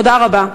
תודה רבה.